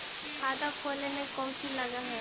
खाता खोले में कौचि लग है?